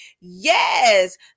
Yes